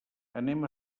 anem